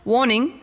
Warning